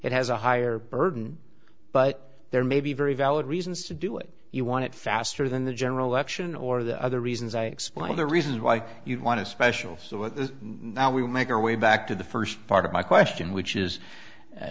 it has a higher burden but there may be very valid reasons to do it you want it faster than the general election or the other reasons i explained the reasons why you want to special so what is not we make our way back to the first part of my question which is